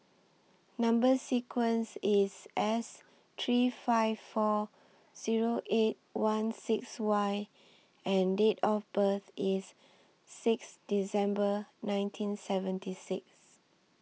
Number sequence IS S three five four Zero eight one six Y and Date of birth IS six December nineteen seventy six